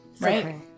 right